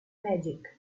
magic